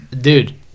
Dude